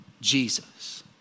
Jesus